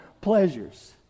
pleasures